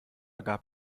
gab